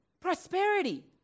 prosperity